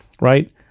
right